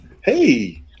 hey